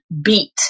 beat